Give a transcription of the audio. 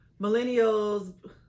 millennials